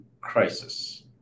crisis